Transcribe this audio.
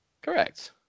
Correct